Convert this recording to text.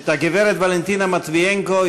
את הגברת ולנטינה מטביינקו,